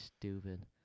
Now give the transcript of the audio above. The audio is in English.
stupid